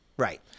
Right